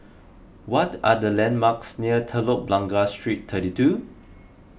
what are the landmarks near Telok Blangah Street thirty two